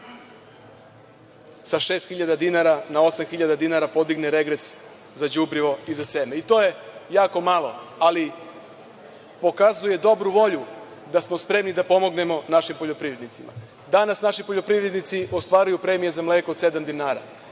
sa šest hiljada dinara na osam hiljada dinara podigne regres za đubrivo i za seme. To je jako malo, ali pokazuje dobru volju da smo spremni da pomognemo našim poljoprivrednicima. Danas naši poljoprivrednici ostvaruju premije za mleko od sedam dinara.